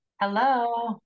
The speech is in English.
hello